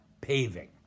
paving